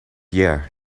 year